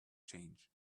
change